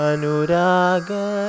Anuraga